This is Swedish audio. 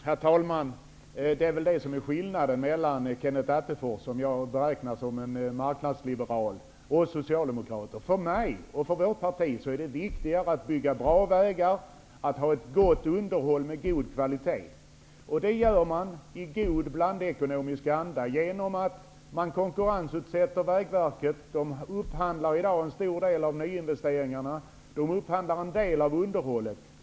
Herr talman! Det är väl det som är skillnaden mellan Kenneth Attefors, som jag betraktar som en marknadsliberal, och oss socialdemokrater. För vårt parti är det viktigare att bygga bra vägar och att ha ett gott underhåll med god kvalitet, och det åstadkommer man genom att man i god blandekonomisk anda konkurrensutsätter Vägverket. Verket upphandlar i dag en stor del av nyinvesteringarna, och man upphandlar en del av underhållet.